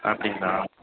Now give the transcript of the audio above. அப்படிங்களா